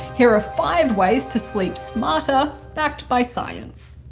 here are five ways to sleep smarter backed by science.